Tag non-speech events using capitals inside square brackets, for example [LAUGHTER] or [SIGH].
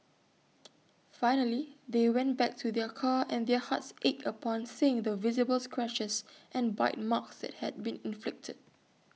[NOISE] finally they went back to their car and their hearts ached upon seeing the visible scratches and bite marks that had been inflicted